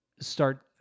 start